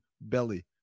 Belly